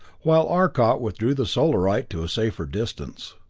while arcot withdrew the solarite to a safer distance.